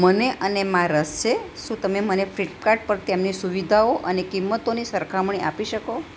મને અનેમાં રસ છે શું તમે મને ફ્લિપકાર્ટ પર તેમની સુવિધાઓ અને કિંમતોની સરખામણી આપી શકો